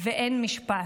ואין משפט".